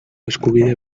eskubide